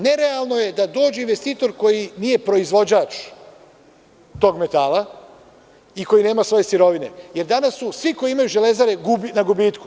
Nerealno je da dođe investitor koji nije proizvođač tog metala i koji nema svoje sirovine, jer danas svi koji imaju železare su na gubitku.